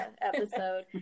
episode